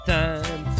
time